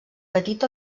petit